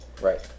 Right